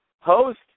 host